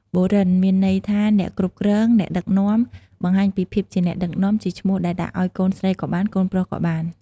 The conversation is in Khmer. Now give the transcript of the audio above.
បូរិន មានន័យថាអ្នកគ្រប់គ្រង អ្នកដឹកនាំ បង្ហាញពីភាពជាអ្នកដឹកនាំ ជាឈ្មោះដែលដាក់ឲ្យកូនស្រីក៏បាន កូនប្រុសក៏បាន។